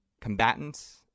combatants